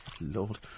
Lord